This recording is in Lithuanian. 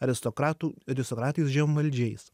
aristokratų aristokratijos žemvaldžiais